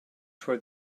toward